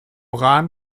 rahn